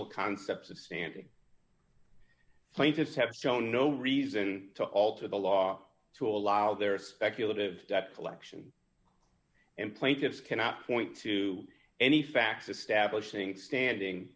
l concepts of standing plaintiffs have shown no reason to alter the law to allow their speculative debt collection and plaintiffs cannot point to any facts establishing standing